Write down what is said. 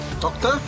Doctor